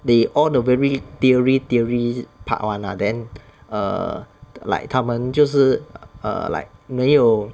they all the very theory theory part [one] ah then err like 它们就是 err like 没有